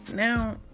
Now